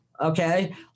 Okay